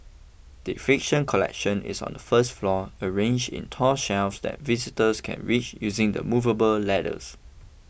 the fiction collection is on the first floor arranged in tall shelves that visitors can reach using the movable ladders